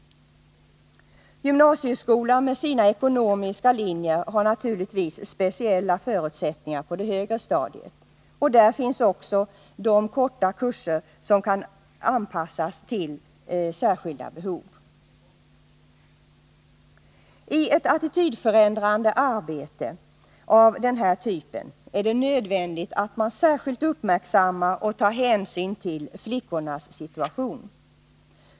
Gymnasieskolan med sina ekonomiska linjer har naturligtvis speciella förutsättningar på det högre stadiet. Där finns också de korta kurser som kan anpassas till särskilda behov. I ett attitydförändrande arbete av den här typen är det nödvändigt att man särskilt uppmärksammar och tar hänsyn till flickornas situation.